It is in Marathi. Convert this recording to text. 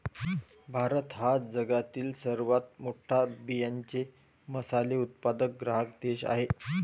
भारत हा जगातील सर्वात मोठा बियांचे मसाले उत्पादक ग्राहक देश आहे